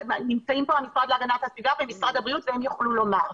אבל נמצאים פה המשרד להגנת הסביבה ומשרד הבריאות והם יוכלו לומר.